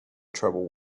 trouble